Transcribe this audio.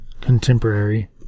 contemporary